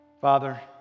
Father